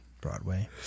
broadway